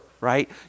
right